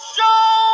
Show